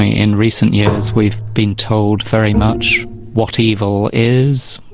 in recent years we've been told very much what evil is.